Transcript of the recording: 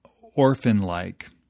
orphan-like